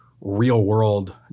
real-world